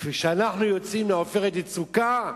כשאנחנו יוצאים ל"עופרת יצוקה"